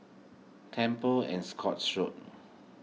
Temple and Scotts Road